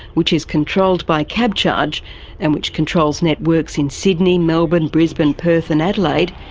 which is controlled by cabcharge and which controls networks in sydney, melbourne, brisbane, perth and adelaide,